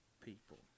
people